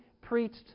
preached